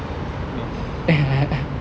no